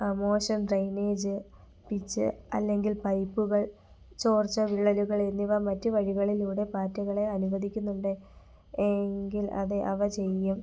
ആ മോശം drainage pitch അല്ലെങ്കിൽ പൈപ്പുകൾ ചോർച്ച വിള്ളലുകൾ എന്നിവ മറ്റു വഴികളിലൂടെ പാറ്റകളെ അനുവദിക്കുന്നുണ്ട് ഏങ്കിൽ അതെ അവ ചെയ്യും